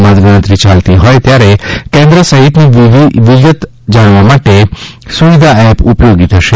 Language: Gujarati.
મતગણતરી ચાલતી ફોય ત્યારે કેન્દ્ર સફિતની વિગત જાણવા માટે સુવિધા એપ ઉપયોગી થશે